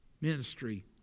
ministry